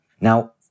Now